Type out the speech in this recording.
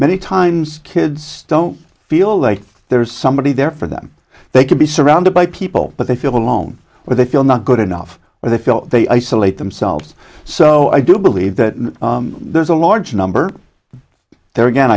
many times kids don't feel like there's somebody there for them they could be surrounded by people but they feel alone where they feel not good enough where they feel they isolate themselves so i do believe that there's a large number there again